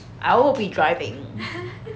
I will be driving